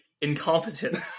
Incompetence